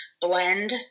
blend